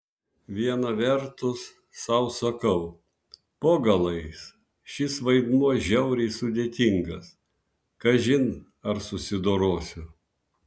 viena vertus sau sakau po galais šis vaidmuo žiauriai sudėtingas kažin ar susidorosiu